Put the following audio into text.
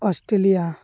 Australia